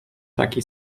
taki